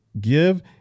Give